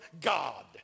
God